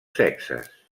sexes